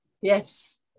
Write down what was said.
Yes